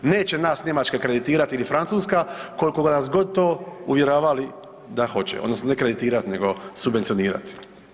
Neće nas Njemačka kreditirati ili Francuska koliko god nas to uvjeravali da hoće odnosno ne kreditirati nego subvencionirati.